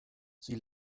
sie